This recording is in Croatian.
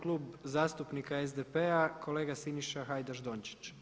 Klub zastupnika SDP-a kolega Siniša Hajdaš Dončić.